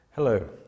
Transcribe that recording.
Hello